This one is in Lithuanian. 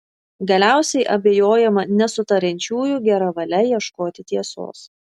galiausiai abejojama nesutariančiųjų gera valia ieškoti tiesos